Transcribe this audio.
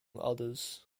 others